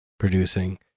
producing